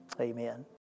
Amen